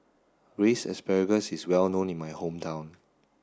braised asparagus is well known in my hometown